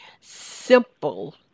simple